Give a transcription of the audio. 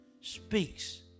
speaks